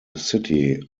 city